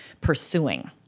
pursuing